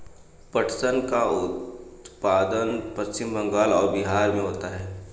पटसन का उत्पादन पश्चिम बंगाल और बिहार में होता है